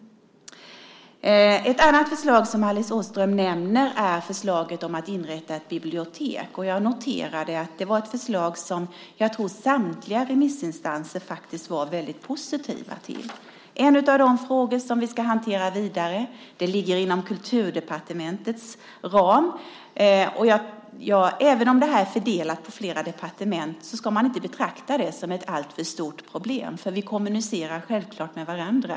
Ett annat förslag som Alice Åström nämner är det om att inrätta ett bibliotek. Jag noterade att det var ett förslag som jag tror att samtliga remissinstanser var positiva till. Detta är en av de frågor som vi ska hantera vidare. Den ligger inom Kulturdepartementets ram. Även om det här är fördelat på flera departement ska man inte betrakta det som ett alltför stort problem. Vi kommunicerar självfallet med varandra.